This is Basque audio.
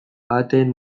ahateen